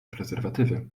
prezerwatywy